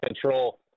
control